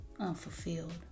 unfulfilled